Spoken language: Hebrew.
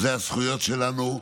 אלו הזכויות שלנו,